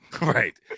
right